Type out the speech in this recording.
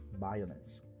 violence